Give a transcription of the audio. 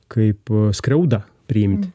kaip skriaudą priimti